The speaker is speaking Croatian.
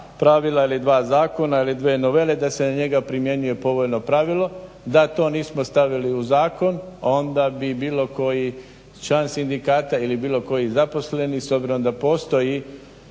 pravila ili dva zakona ili dvije novele da se na njega primjenjuje povoljno pravilo, da to nismo stavili u zakon onda bi bilo koji član sindikata ili bilo koji zaposleni s obzirom da postoji